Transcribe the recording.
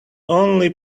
only